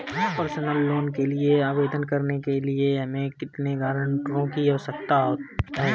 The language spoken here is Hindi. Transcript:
पर्सनल लोंन के लिए आवेदन करने के लिए हमें कितने गारंटरों की आवश्यकता है?